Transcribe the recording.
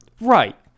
Right